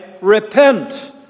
Repent